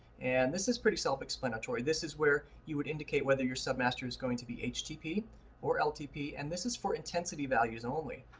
and this is pretty self-explanatory. this is where you would indicate whether your submaster is going to be htp or ltp. and this is for intensity values and only.